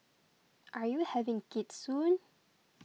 are you having kids soon